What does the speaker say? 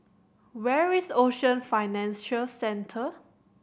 where is Ocean Financial Centre